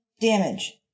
damage